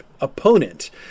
opponent